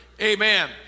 amen